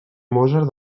mozart